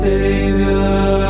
Savior